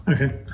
Okay